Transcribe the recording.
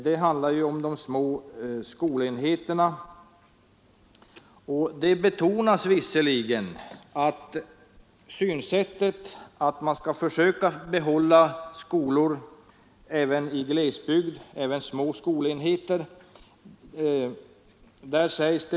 Det handlar om de små skolenheterna, och där betonas synsättet att man skall försöka behålla även små skolenheter i glesbygd.